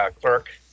clerk